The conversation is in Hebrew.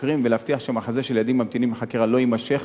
חוקרים ולהבטיח שהמחזה של ילדים שממתינים לחקירה לא יימשך.